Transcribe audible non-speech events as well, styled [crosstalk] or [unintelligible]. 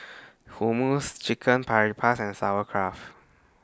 Hummus Chicken [unintelligible] and Sauerkraut